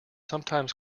sometimes